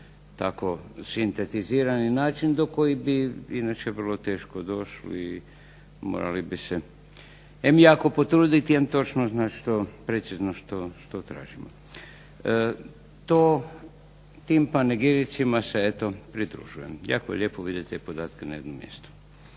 tako sintetizirani način do kojih bi inače teško došli, morali mi se em jako potruditi, em točno znati precizno što tražimo. To tim panegiricima se eto pridružujem. Jako je lijepo vidjeti te podatke na jednom mjestu.